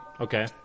Okay